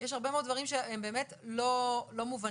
יש הרבה מאוד דברים שהם באמת לא מובנים,